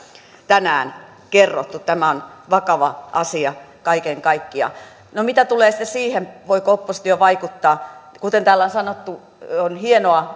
tänään kerrottu tämä on vakava asia kaiken kaikkiaan no mitä tulee siihen voiko oppositio vaikuttaa kuten täällä on sanottu on hienoa